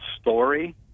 story